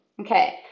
okay